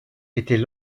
était